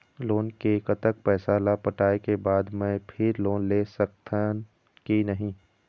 Loan के कतक पैसा ला पटाए के बाद मैं फिर लोन ले सकथन कि नहीं?